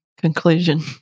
conclusion